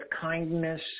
kindness